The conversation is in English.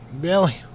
Billy